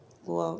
go out